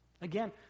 Again